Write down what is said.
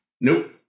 Nope